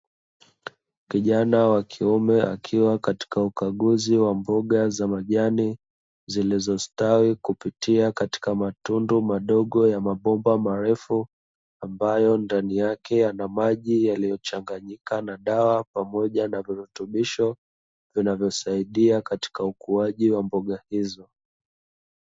Kijana wa kiume, akiwa katika ukaguzi wa mboga za majani zilizostawi kupitia matundu madogo ya mabomba marefu, ambayo ndani yake yana maji yalichonganyika na dawa pamoja na virutubusho vinavyosaidia katika ukuaji wa mboga hizo.